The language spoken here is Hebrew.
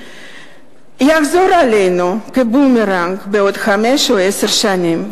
תחזור אלינו כבומרנג בעוד חמש או עשר שנים,